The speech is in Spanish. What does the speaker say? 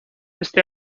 ese